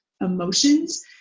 emotions